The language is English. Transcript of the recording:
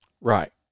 Right